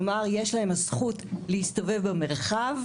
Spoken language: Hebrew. כלומר יש להם הזכות להסתובב במרחב,